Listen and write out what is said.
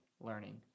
learning